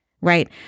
right